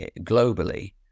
globally